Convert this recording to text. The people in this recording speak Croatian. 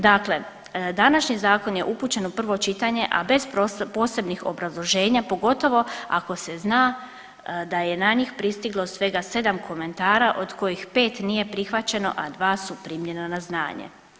Dakle, današnji Zakon je upućen u prvo čitanje, a bez posebnih obrazloženja, pogotovo ako se zna da je na njih pristiglo svega 7 komentara od kojih 5 nije prihvaćeno, a dva su primljena na znanje.